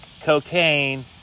cocaine